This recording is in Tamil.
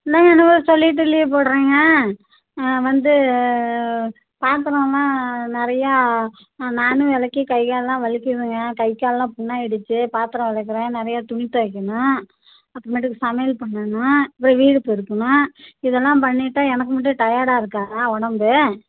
இல்லைங்க இன்னுமே சொல்லிவிட்டு லீவு போடுறேங்க ஆ வந்து பாத்திரல்லாம் நிறையா நானும் விளக்கி கை கால்லாம் வலிக்குதுங்க கை கால்லாம் புண்ணாயிடுச்சு பாத்திரம் விளக்கறேன் நிறைய துணி துவைக்கணும் அப்புறமேட்டுக்கு சமையல் பண்ணணும் பிறகு வீடு பெருக்கணும் இதெல்லாம் பண்ணிவிட்டா எனக்கு மட்டும் டயர்டாக இருக்காதா உடம்பு